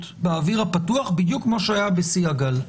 באוויר הפתוח בדיוק כמו שהיה בשיא הגל?